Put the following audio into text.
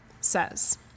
says